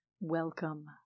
Welcome